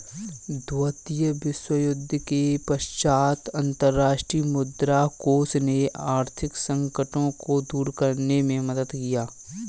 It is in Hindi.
द्वितीय विश्वयुद्ध के पश्चात अंतर्राष्ट्रीय मुद्रा कोष ने आर्थिक संकटों को दूर करने में मदद किया